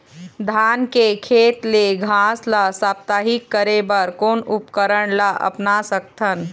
धान के खेत ले घास ला साप्ताहिक करे बर कोन उपकरण ला अपना सकथन?